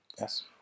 Yes